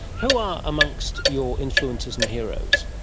who are amongst your influences and heroes?